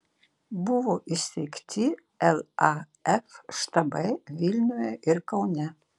buvo įsteigti laf štabai vilniuje ir kaune